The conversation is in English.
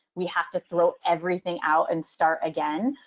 we have to float everything out and start again.